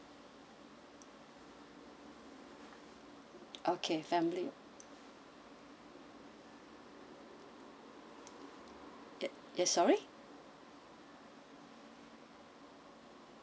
okay family ya sorry